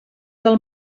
del